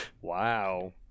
Wow